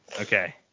Okay